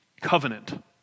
Covenant